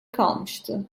kalmıştı